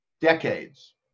decades